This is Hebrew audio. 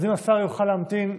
אז אם השר יוכל להמתין,